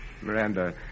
Miranda